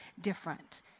different